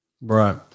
Right